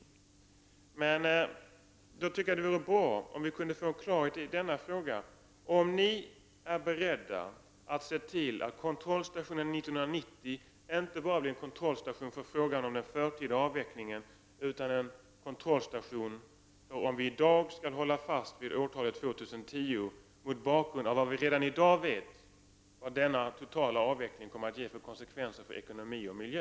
Jag tycker emellertid att det vore bra om vi kunde få klarhet i om regeringen är beredd att se till att kontrollstationen 1990 inte bara blir en kontrollstation när det gäller frågan om den förtida avvecklingen utan även en kontrollstation i vad gäller om vi i dag skall hålla fast vid årtalet 2010, detta mot bakgrund av vad vi redan i dag vet om vad denna totala avveckling kommer att ge för konsekvenser i fråga om ekonomi och miljö.